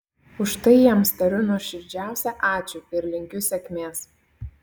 už tai jiems tariu nuoširdžiausią ačiū ir linkiu sėkmės